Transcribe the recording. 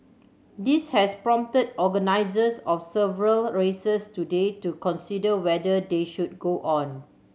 this has prompted organisers of several races today to consider whether they should go on